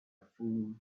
fool